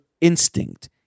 instinct